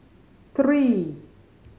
three